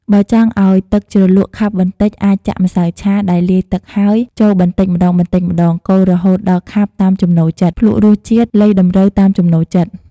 បើចង់ឲ្យទឹកជ្រលក់ខាប់បន្តិច អាចចាក់ម្សៅឆាដែលលាយទឹកហើយចូលបន្តិចម្តងៗ កូររហូតដល់ខាប់តាមចំណូលចិត្ត ភ្លក្សរសជាតិ លៃតម្រូវតាមចំណូលចិត្ត។